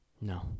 No